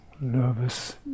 nervous